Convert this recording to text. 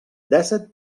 dèsset